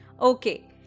Okay